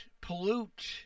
pollute